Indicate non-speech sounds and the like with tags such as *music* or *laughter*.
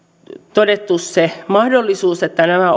todettu se mahdollisuus että nämä *unintelligible*